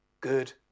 good